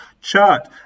chart